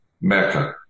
mecca